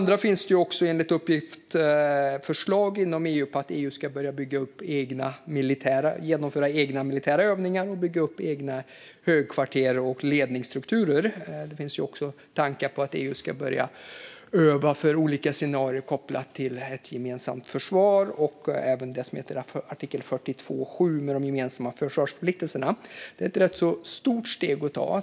Det finns även förslag inom EU om att EU ska börja genomföra egna militära övningar och bygga upp egna högkvarter och ledningsstrukturer. Det finns också tankar på att EU ska börja öva för olika scenarier kopplat till ett gemensamt försvar och även det som heter artikel 42.7 om de gemensamma försvarsförpliktelserna. Det är ett stort steg att ta.